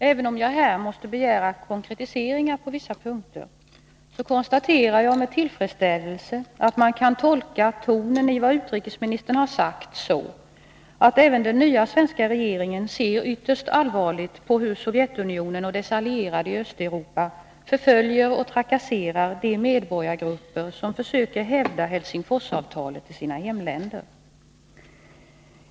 Även om jag här måste begära konkretiseringar på vissa punkter, konstaterar jag med tillfredsställelse att man kan tolka tonen i vad utrikesministern har sagt så, att även den nya svenska regeringen ser ytterst allvarligt på hur Sovjetunionen och dess allierade i Östeuropa förföljer och trakasserar de medborgargrupper som försöker hävda Helsingforsavtalet i sina hemländer.